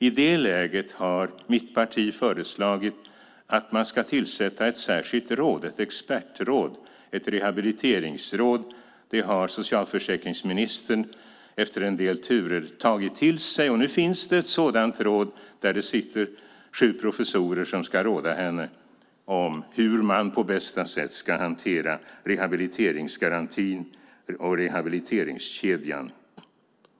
I det läget har mitt parti föreslagit att man ska tillsätta ett särskilt råd, ett expertråd, ett rehabiliteringsråd. Det har socialförsäkringsministern efter en del turer tagit till sig, och nu finns det ett sådant råd där det sitter sju professorer som ska råda henne om hur man på bästa sätt ska hantera rehabiliteringsgarantin och rehabiliteringskedjan.